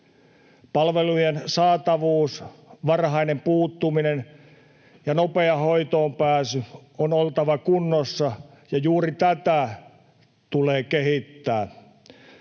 Palvelujen saatavuuden, varhaisen puuttumisen ja nopean hoitoonpääsyn on oltava kunnossa, ja juuri tätä tulee kehittää.